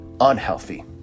unhealthy